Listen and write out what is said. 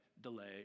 delay